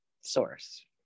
source